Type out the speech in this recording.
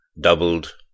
doubled